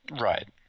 Right